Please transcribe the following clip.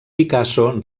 picasso